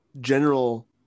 general